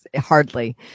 Hardly